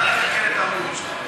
אז נא לתקן את האמירות שלך.